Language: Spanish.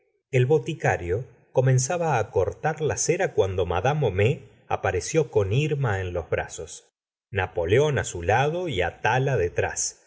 el boticario comenzaba cortar la cera cuando mad homais apareció con irma en los brazos napoleón su lado y atala detrás